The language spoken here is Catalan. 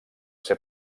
ser